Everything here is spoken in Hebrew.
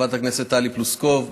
חברת הכנסת טלי פלוסקוב,